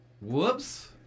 Whoops